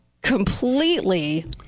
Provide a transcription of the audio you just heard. completely